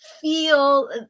feel